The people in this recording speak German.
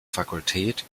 fakultät